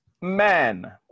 man